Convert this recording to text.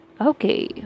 okay